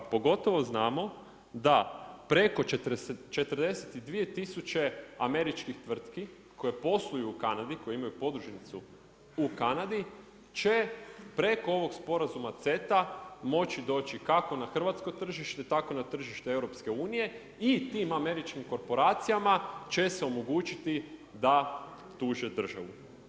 Pogotovo znamo da preko 42 tisuće američke tvrtki koje posluju u Kanadu, koji imaju podružnicu u Kanadi će preko ovog sporazuma CETA, moći doći kako na hrvatsko tržište, tako i na tržište EU i tim američkim korporacijama će se omogućiti da tuže državu.